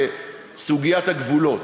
לסוגיית הגבולות,